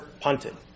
punted